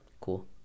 cool